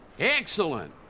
Excellent